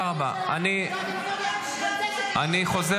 אני חוזר